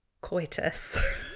coitus